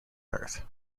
earth